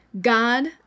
God